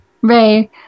Ray